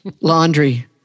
laundry